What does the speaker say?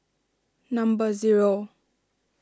number zero